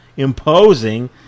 imposing